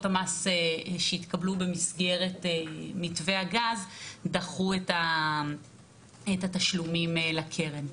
המס שהתקבלו במסגרת מתווה הגז דחו את התשלומים לקרן.